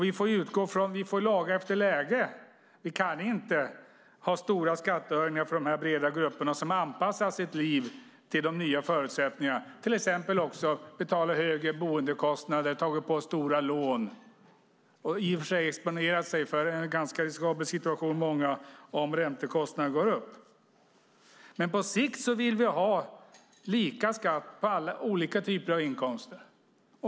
Vi får laga efter läge. Vi kan inte ha stora skattehöjningar för de breda grupperna som anpassat sina liv till de nya förutsättningarna, till exempel genom högre boendekostnader när man tagit stora lån. Många har i och för sig exponerat sig för en ganska riskabel situation om räntekostnaderna går upp. På sikt vill vi ha lika skatt på olika typer av inkomster.